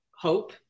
hope